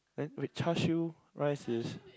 then wait Char-Siew rice is